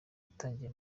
yatangiye